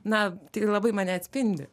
na tai labai mane atspindi